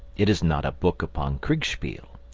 it is not a book upon kriegspiel.